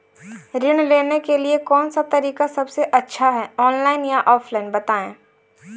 ऋण लेने के लिए कौन सा तरीका सबसे अच्छा है ऑनलाइन या ऑफलाइन बताएँ?